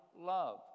love